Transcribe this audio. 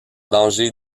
danger